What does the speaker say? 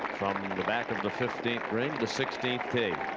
the back of the fifteenth, ranked the sixteenth tee.